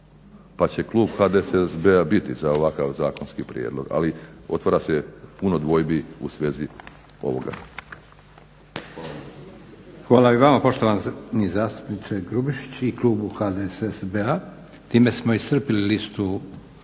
pa će klub HDSSB-a biti za ovakav zakonski prijedlog. Ali otvara se puno dvojbi u svezi ovoga.